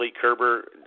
Kerber